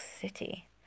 city